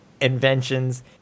inventions